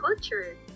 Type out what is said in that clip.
culture